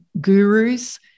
gurus